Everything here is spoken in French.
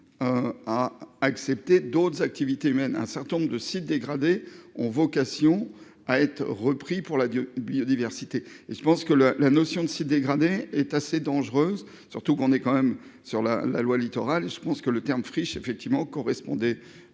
à accepter d'autres activités humaines un certain nombre de sites dégradés ont vocation à être repris pour la biodiversité et je pense que la la notion de sites dégradés est assez dangereuse, surtout qu'on est quand même sur la la loi littoral, et je pense que le terme friche effectivement correspondait